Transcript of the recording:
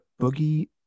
boogie